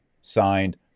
Signed